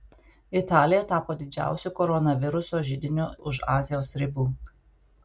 italija tapo didžiausiu koronaviruso židiniu už azijos ribų